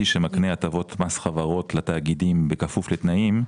שמקנה הטבות מס חברות לתאגידים בכפוף לתנאים,